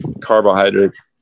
carbohydrates